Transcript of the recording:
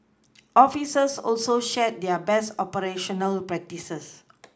officers also shared their best operational practices